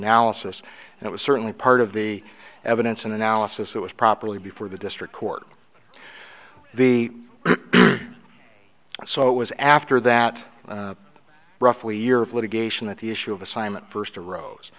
analysis and it was certainly part of the evidence and analysis it was properly before the district court the so it was after that roughly a year of litigation that the issue of assignment first arose